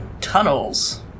tunnels